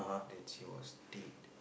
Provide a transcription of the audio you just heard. that is your steed